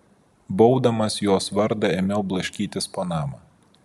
baubdamas jos vardą ėmiau blaškytis po namą